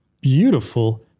beautiful